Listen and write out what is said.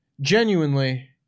Genuinely